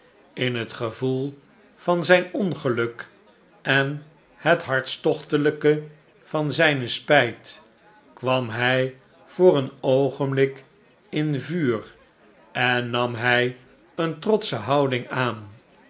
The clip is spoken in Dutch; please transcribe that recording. in het gevoel van zijn ongeluk en het hartstochtelijke van zijne spijt kwam hij voor een oogenblik in vuur en nam hij eene trotsche houding aan